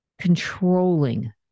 controlling